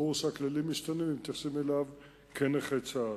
ברור שהכללים משתנים ומתייחסים אליו כאל נכה צה"ל.